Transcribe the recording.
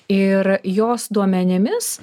ir jos duomenimis